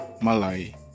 Malay